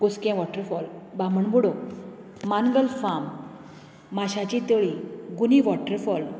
कुस्कें waterfall Bamanbudo Mangal farm माश्यांची तळीं गुनी वॉटरफॉल